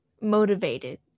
motivated